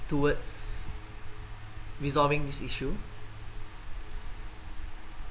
towards resolving this issue